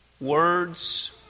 Words